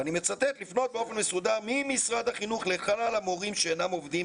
ואני מצטט "לפנות באופן מסודר ממשרד החינוך למורים שאינם עובדים